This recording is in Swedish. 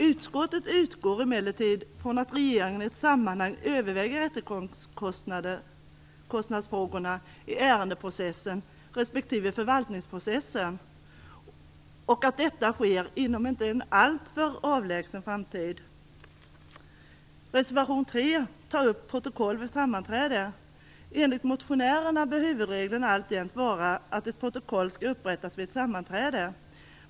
Utskottet utgår emellertid från att regeringen i ett sammanhang överväger rättegångskostnadsfrågorna i ärendeprocessen respektive förvaltningsprocessen och att detta sker inom en inte alltför avlägsen framtid. Enligt motionärerna bör huvudregeln alltjämt vara att ett protokoll skall upprättas vid sammanträde.